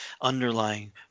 underlying